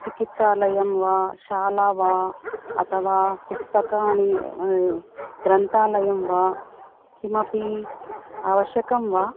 चिकित्सालयं वा शाला वा अथवा पुस्तकानि ग्रन्थालयं वा किमपि आवश्यकं वा